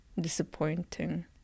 disappointing